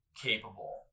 capable